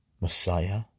Messiah